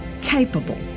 capable